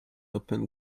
open